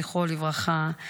זכרו לברכה,